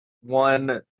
one